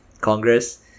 Congress